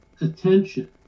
attention